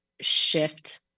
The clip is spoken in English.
shift